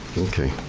okay.